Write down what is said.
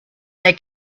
they